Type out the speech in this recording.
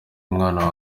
umwana